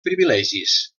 privilegis